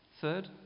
Third